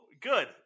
good